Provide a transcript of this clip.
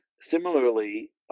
Similarly